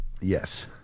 Yes